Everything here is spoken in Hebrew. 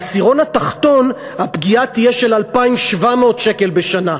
בעשירון התחתון הפגיעה תהיה של 2,700 שקל בשנה,